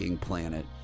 planet